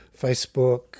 Facebook